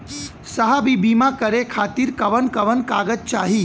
साहब इ बीमा करें खातिर कवन कवन कागज चाही?